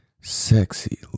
sexy